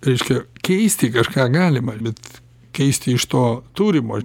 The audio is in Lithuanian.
reiškia keisti kažką galima bet keisti iš to turimo